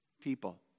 people